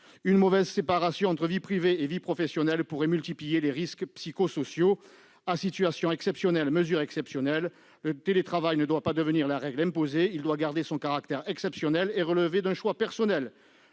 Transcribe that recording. Une mauvaise séparation entre vie privée et vie professionnelle pourrait conduire à une multiplication des risques psychosociaux. À situation exceptionnelle, mesures exceptionnelles : le télétravail ne doit pas devenir la règle imposée ; il doit garder son caractère exceptionnel et relever d'un choix personnel.